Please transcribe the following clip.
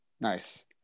Nice